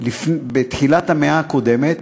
בתחילת המאה הקודמת